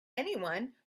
anyone